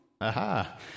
Aha